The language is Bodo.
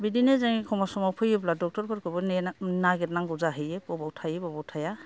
बिदिनो जों एखम्ब्ला समाव फैयोब्ला डक्ट'रफोरखौबो नेना नागिरनांगौ जाहैयो बबाव थायो बबाव थाया